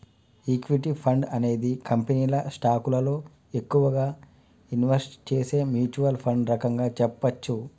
equity fund అనేది కంపెనీల స్టాకులలో ఎక్కువగా ఇన్వెస్ట్ చేసే మ్యూచ్వల్ ఫండ్ రకంగా చెప్పచ్చు